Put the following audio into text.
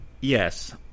Yes